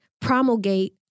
promulgate